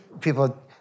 people